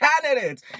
candidates